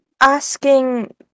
asking